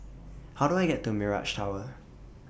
How Do I get to Mirage Tower